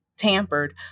tampered